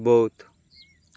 ବଉଦ